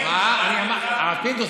הרב פינדרוס,